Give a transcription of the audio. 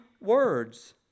words